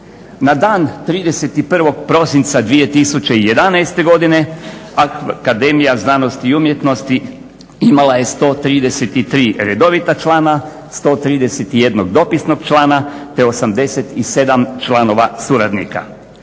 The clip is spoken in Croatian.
Na dan 31. prosinca 2011. godine Akademija znanosti i umjetnosti imala je 133 redovita člana, 131 dopisnog člana, te 87 članova suradnika.